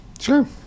Sure